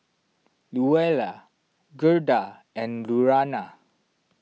Louella Gerda and Lurana